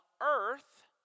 earth